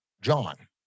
John